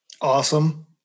awesome